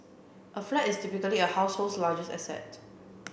a flat is typically a household's largest asset